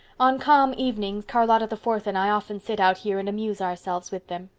on calm evenings charlotta the fourth and i often sit out here and amuse ourselves with them.